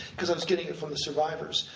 cause i was getting it from the survivors.